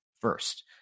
first